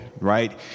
right